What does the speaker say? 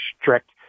strict